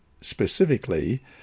specifically